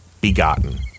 begotten